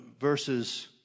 verses